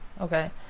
okay